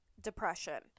depression